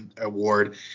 award